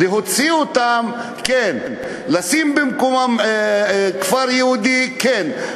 להוציא אותם, כן, לשים במקומם כפר יהודי, כן.